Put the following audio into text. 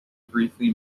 briefly